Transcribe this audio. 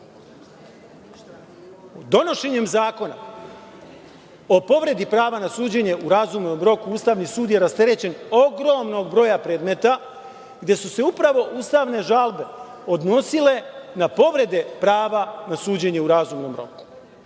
roku. Donošenjem Zakona o povredi prava na suđenje u razumnom roku Ustavni sud je rasterećen ogromnog broja predmeta gde su se upravo ustavne žalbe odnosile na povrede prava na suđenje u razumnom roku.